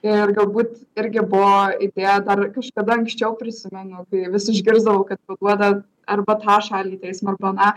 ir galbūt irgi buvo idėja dar kažkada anksčiau prisimenu kai vis išgirsdavau kad paduoda arba tą šalį į teismą arba aną